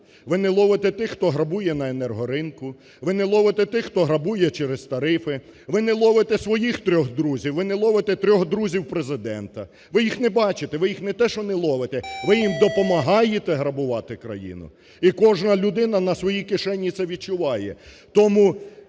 ви не ловите тих, хто грабує на енергоринку, ви не ловите тих, хто грабує через тарифи, ви не ловите своїх трьох друзів, ви не ловите трьох друзів Президента. Ви їх не бачите, ви їх не те, що не ловите, ви їм допомагаєте грабувати країну. І кожна людина на своїй кишені це відчуває.